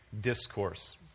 discourse